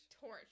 Torch